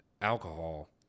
alcohol